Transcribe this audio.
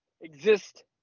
exist